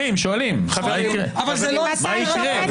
איזו מן שאלה זאת?